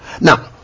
Now